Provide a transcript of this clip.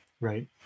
right